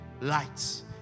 lights